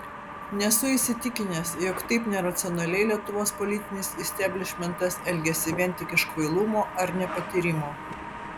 nesu įsitikinęs jog taip neracionaliai lietuvos politinis isteblišmentas elgiasi vien tik iš kvailumo ar nepatyrimo